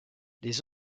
les